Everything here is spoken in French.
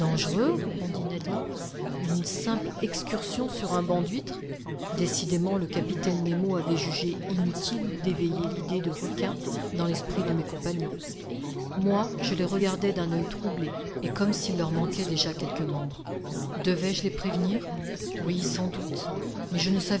répondit ned land une simple excursion sur un banc d'huîtres décidément le capitaine nemo avait jugé inutile d'éveiller l'idée de requins dans l'esprit de mes compagnons moi je les regardais d'un oeil troublé et comme s'il leur manquait déjà quelque membre devais-je les prévenir oui sans doute mais je ne